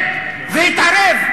מדובר ביהירות של כל מי שהתנגד והתערב.